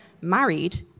Married